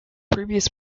previous